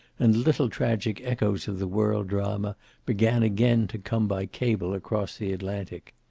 and little tragic echoes of the world drama began again to come by cable across the atlantic.